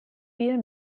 viel